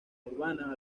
urbana